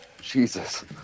Jesus